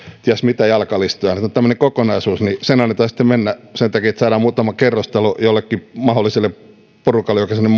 ties mitä jalkalistoja mutta kun on tämmöinen kokonaisuus niin sen annetaan sitten mennä sen takia että saadaan muutama kerrostalo jollekin mahdolliselle porukalle joka sinne